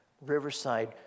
Riverside